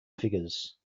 figures